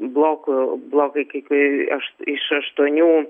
blokų blokai kai kur aš iš aštuonių